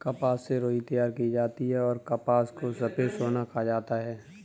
कपास से रुई तैयार की जाती हैंऔर कपास को सफेद सोना कहा जाता हैं